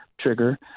trigger